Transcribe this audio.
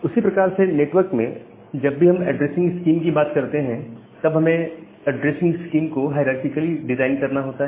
उसी प्रकार से नेटवर्क में जब भी हम ऐड्रेसिंग स्कीम की बात करते हैं तब हमें एड्रेस इन स्कीम को हायरारकीकली डिजाइन करना होता है